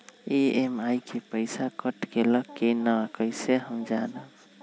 EMI के पईसा कट गेलक कि ना कइसे हम जानब?